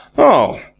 oh!